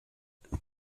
der